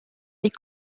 est